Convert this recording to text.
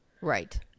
Right